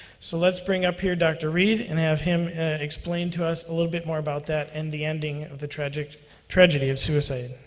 so, let's bring up here dr. reed, and have him explain to us a little bit more about that, and the ending of the tragedy tragedy of suicide.